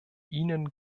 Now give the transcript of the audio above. ihnen